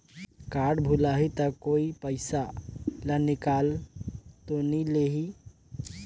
Card भुलाही ता कोई पईसा ला निकाल तो नि लेही?